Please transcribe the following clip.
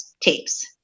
tapes